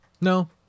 No